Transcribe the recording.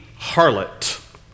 harlot